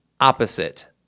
opposite